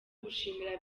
gushimira